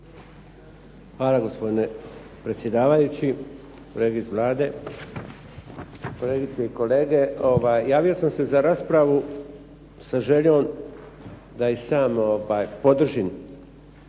Hvala, gospodine predsjedavajući. Kolege iz Vlade, kolegice i kolege. Javio sam se za raspravu sa željom da i sam podržim